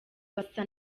basa